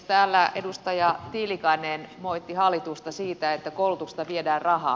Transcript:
täällä edustaja tiilikainen moitti hallitusta siitä että koulutuksesta viedään rahaa